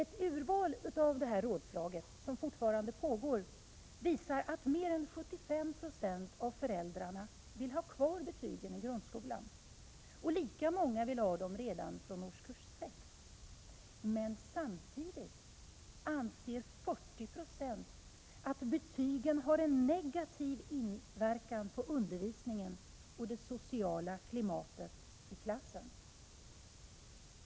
Ett urval av resultaten av detta rådslag, som fortfarande pågår, visar att mer än 75 96 av föräldrarna vill ha kvar betygen i grundskolan. Lika många vill ha dem redan från årskurs 6. Men samtidigt anser 40 96 att betygen har en negativ inverkan på undervisningen och det sociala klimatet i klassen.